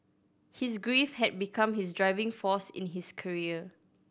his grief had become his driving force in his career